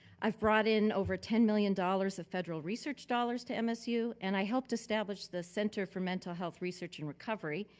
i've brought in over ten million dollars of federal research dollars to msu. and i helped established the center for mental health research and recovery,